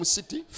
City